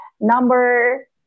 number